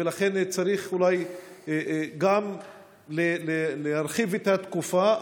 ולכן צריך אולי גם להרחיב את התקופה,